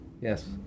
Yes